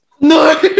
No